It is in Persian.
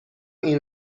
این